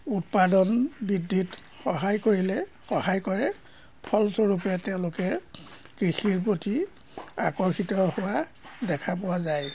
উৎপাদন বৃদ্ধিত সহায় কৰিলে সহায় কৰে ফলস্বৰূপে তেওঁলোকে কৃষিৰ প্ৰতি আকৰ্ষিত হোৱা দেখা পোৱা যায়